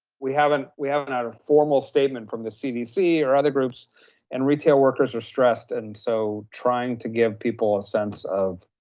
we haven't we haven't had a formal statement from the cdc or other groups and retail workers are stressed. and so trying to give people a sense of